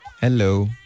Hello